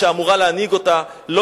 שאמורה להנהיג את המדינה,